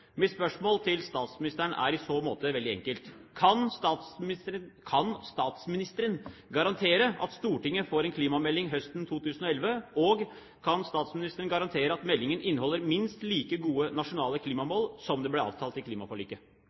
Mitt spørsmål til statsministeren er i så måte veldig enkelt: Kan statsministeren garantere at Stortinget får en klimamelding høsten 2011? Og: Kan statsministeren garantere at meldingen inneholder minst like gode nasjonale klimamål som det ble avtalt i klimaforliket?